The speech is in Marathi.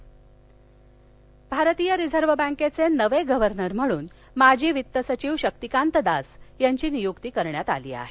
आरवीआय गव्हर्नर भारतीय रिझर्व बँकेचे नवीन गव्हर्नर म्हणून माजी वित्त सचिव शक्तीकांत दास यांची नियुक्ती करण्यात आली आहे